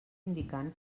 indicant